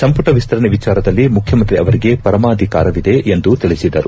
ಸಂಪುಟ ವಿಸ್ತರಣೆ ವಿಚಾರದಲ್ಲಿ ಮುಖ್ಯಮಂತ್ರಿ ಅವರಿಗೆ ಪರಮಾಧಿಕಾರವಿದೆ ಎಂದು ತಿಳಿಸಿದರು